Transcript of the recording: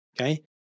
Okay